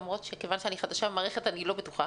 כיוון שאני חדשה במערכת, אני לא בטוחה.